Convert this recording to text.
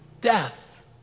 death